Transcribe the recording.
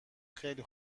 خیلی